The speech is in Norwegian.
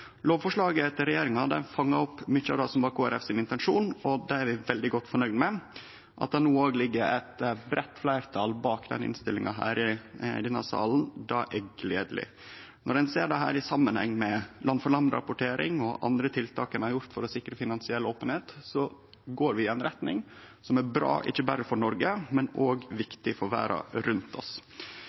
Lovforslaget til regjeringa fangar opp mykje av det som var Kristeleg Folkeparti sin intensjon, og det er vi veldig godt fornøgde med. At det no òg er eit breitt fleirtal bak innstillinga i denne salen, er gledeleg. Når ein ser dette i samanheng med land-for-land-rapportering og andre tiltak ein har gjort for å sikre finansiell openheit, går vi i ei retning som er bra, ikkje berre for Noreg, men som òg er viktig for verda rundt oss.